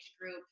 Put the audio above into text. group